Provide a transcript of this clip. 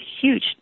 huge